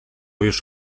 już